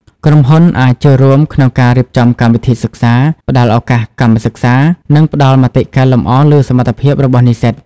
ក្រុមហ៊ុនអាចចូលរួមក្នុងការរៀបចំកម្មវិធីសិក្សា ផ្តល់ឱកាសកម្មសិក្សា និងផ្តល់មតិកែលម្អលើសមត្ថភាពរបស់និស្សិត។